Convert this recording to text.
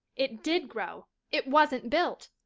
it did grow it wasn't built!